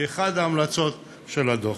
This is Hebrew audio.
היא אחת ההמלצות של הדוח.